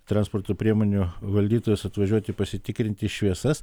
transporto priemonių valdytojus atvažiuoti pasitikrinti šviesas